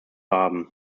haben